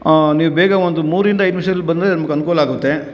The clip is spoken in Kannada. ನೀವು ಬೇಗ ಒಂದು ಮೂರರಿಂದ ಐದು ನಿಮ್ಷ್ದಲ್ಲಿ ಬಂದರೆ ನಮಗೆ ಅನುಕೂಲ ಆಗುತ್ತೆ